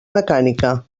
mecànica